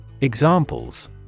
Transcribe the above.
Examples